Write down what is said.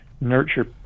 nurture